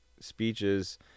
speeches